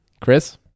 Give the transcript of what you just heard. Chris